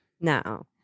No